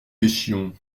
pêchions